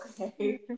okay